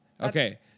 Okay